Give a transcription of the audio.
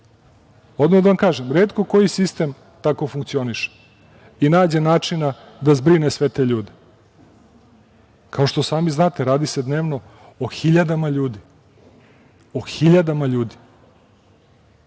da vam kažem, retko koji sistem tako funkcioniše i nađe načina da zbrine sve te ljude. Kao što sami znate, radi se dnevno o hiljadama ljudi, a da vam